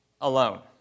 alone